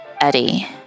Eddie